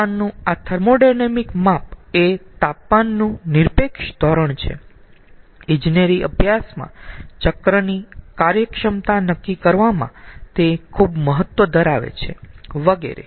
તાપમાનનું આ થર્મોોડાયનેમિક માપ એ તાપમાનનું નિરપેક્ષ ધોરણ છે ઈજનેરી અભ્યાસમાં ચક્રની કાર્યક્ષમતા નક્કી કરવામાં તે ખુબ મહત્વ ધરાવે છેવગેરે